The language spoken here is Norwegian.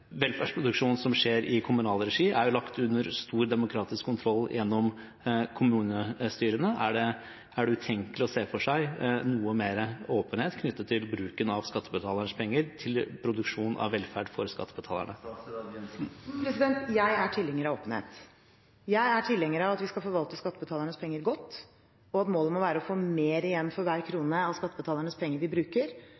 Velferdsproduksjon som skjer i kommunal regi, er jo underlagt stor demokratisk kontroll gjennom kommunestyrene. Er det utenkelig å se for seg noe mer åpenhet knyttet til bruken av skattebetalernes penger til produksjon av velferd for skattebetalerne? Jeg er tilhenger av åpenhet. Jeg er tilhenger av at vi skal forvalte skattebetalernes penger godt, og at målet må være å få mer igjen for hver